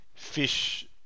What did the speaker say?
Fish